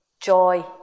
joy